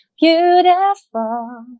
Beautiful